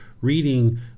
reading